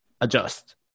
adjust